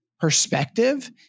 perspective